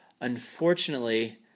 Unfortunately